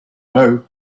now